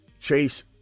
Chase